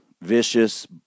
vicious